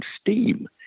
steam